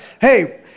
Hey